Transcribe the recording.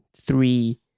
three